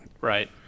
right